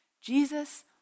Jesus